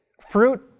Fruit